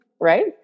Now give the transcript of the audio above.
right